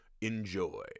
Enjoy